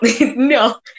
no